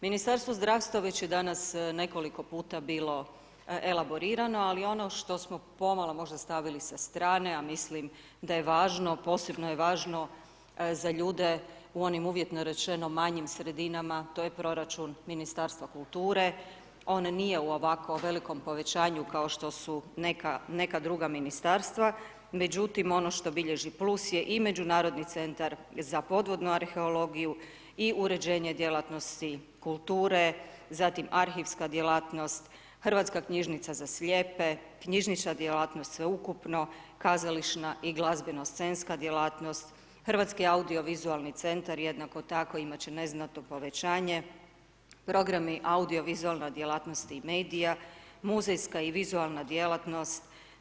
Ministarstvo zdravstva, već je danas nekoliko puta bilo elaborirano, ali ono što smo pomalo možda stavili sa strane, a mislim da je važno, posebno je važno za ljude, u onim uvjetno rečeno u manjim sredinama, to je proračun Ministarstva kulture, on nije u ovakvo velikom povećanju, kao što su neka druga ministarstva, međutim, ono što bilježi plus je i međunarodni centar za podvodnu arheologiju i uređenje djelatnosti kulture, zatim arhivska djelatnost, Hrvatska knjižnica za slijepe, knjižnična djelatnost sveukupno, kazališna i glazbeno scenska djelatnost, Hrvatski audiovizualni centar jednako tako, imati će neznatno povećanje, programi audiovizualne djelatnosti i medija, muzejska i vizualna djelatnost.